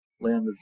landed